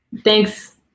Thanks